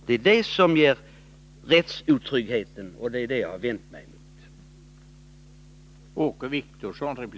Det är detta som ger rättsotrygghet, och det mark är det som jag har vänt mig mot.